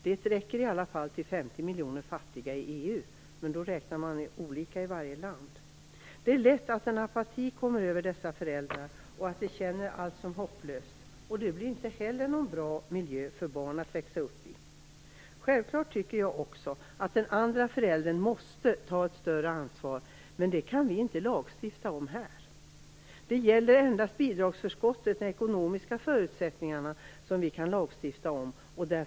Det räcker i alla fall till 50 miljoner fattiga i EU - då räknar man olika i varje land. Det är lätt att en apati kommer över dessa föräldrar och att de känner allt som hopplöst, och det är inte heller någon bra miljö för barn att växa upp i. Självfallet måste den andra föräldern ta ett större ansvar, men det kan vi inte lagstifta om här. Det är endast bidragsförskottet, de ekonomiska förutsättningarna, som vi kan lagstifta om.